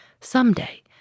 someday